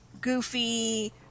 goofy